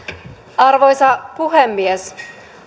arvoisa puhemies